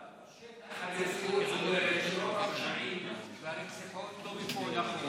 אבל בשטח המציאות אומרת שרוב הפשעים והרציחות לא מפוענחים.